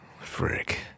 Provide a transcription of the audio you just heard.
Frick